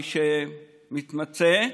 מי שמתמצא,